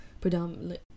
predominantly